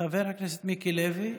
חבר הכנסת מיקי לוי,